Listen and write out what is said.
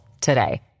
today